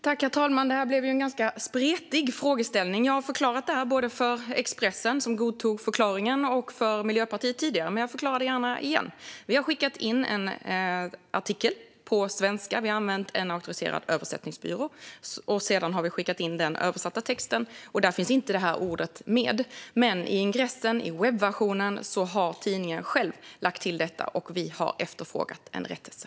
Herr talman! Det här blev en ganska spretig frågeställning. Jag har förklarat detta, både för Expressen, som godtog förklaringen, och för Miljöpartiet tidigare. Men jag förklarar det gärna igen. Vi har skickat in en artikel på svenska. Vi har använt en auktoriserad översättningsbyrå och har sedan skickat in den översatta texten. Där finns det ordet inte med. Men i ingressen i webbversionen har tidningen själv lagt till detta. Vi har efterfrågat en rättelse.